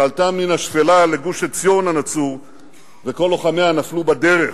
שעלתה מן השפלה לגוש-עציון הנצור וכל לוחמיה נפלו בדרך,